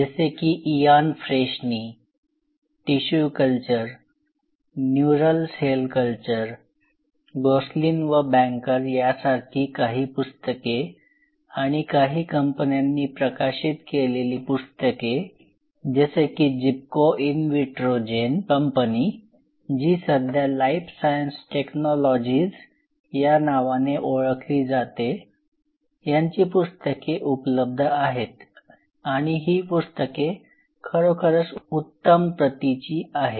जसे की Ian Freshney या नावाने ओळखली जाते यांची पुस्तके उपलब्ध आहेत आणि ही पुस्तके खरोखरच उत्तम प्रतीची आहेत